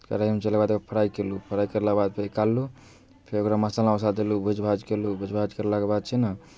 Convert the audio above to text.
कढ़ाइमे चढ़ेलाके बाद फ्राइ कयलहुँ फ्राइ कयलाके बाद फेर निकाललहुँ फेर ओकरा मसाला वसाला देलहुँ भूज भाज कयलहुँ भूज भाज करलाके बाद छै ने